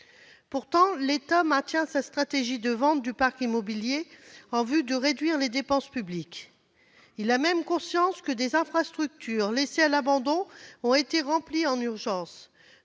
Pourtant, l'État maintient sa stratégie de vente du parc immobilier en vue de réduire les dépenses publiques. Il a même conscience que des infrastructures laissées à l'abandon ont été remplies en urgence,